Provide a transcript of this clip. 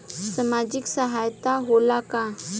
सामाजिक सहायता होला का?